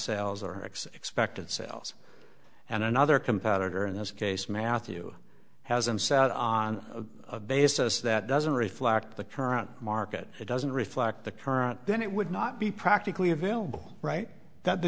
sales or x expected sales and another competitor in this case matthew hasn't sat on a basis that doesn't reflect the current market it doesn't reflect the current then it would not be practically available right that the